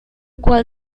cual